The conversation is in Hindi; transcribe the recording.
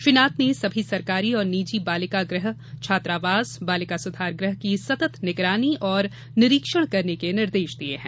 श्री नाथ ने सभी सरकारी और निजी बालिका गृह छात्रावास बालिका सुधार गृह की सतत निगरानी और निरीक्षण करने के निर्देश दिये हैं